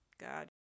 god